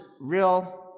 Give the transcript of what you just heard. real